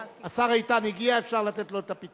מצביע אבישי ברוורמן, מצביע מוחמד